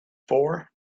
four